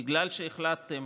בגלל שהחלטתם